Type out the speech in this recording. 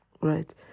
right